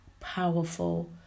powerful